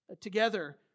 together